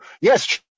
Yes